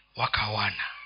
wakawana